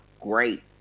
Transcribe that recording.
great